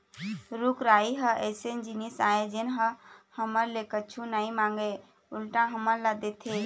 रूख राई ह अइसन जिनिस आय जेन ह हमर ले कुछु नइ मांगय उल्टा हमन ल देथे